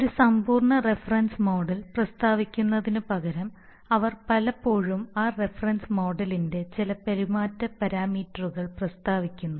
ഒരു സമ്പൂർണ്ണ reference model പ്രസ്താവിക്കുന്നതിനുപകരം അവർ പലപ്പോഴും ആ റഫറൻസ് മോഡലിന്റെ ചില പെരുമാറ്റ പാരാമീറ്ററുകൾ പ്രസ്താവിക്കുന്നു